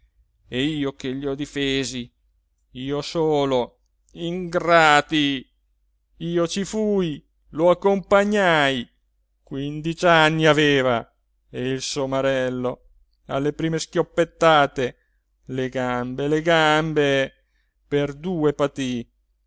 e io che gli ho difesi io solo ingrati io ci fui lo accompagnai quindici anni aveva e il somarello alle prime schioppettate le gambe le gambe per due patii